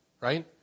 right